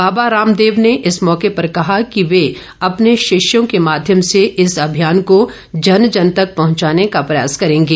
बाबा रामदेव ने इस मौके पर कहा कि वह अपने शिष्यों के माध्यम से इस अभियान को जन जन तक पहुंचाने का प्रयास करेंगे